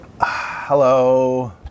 Hello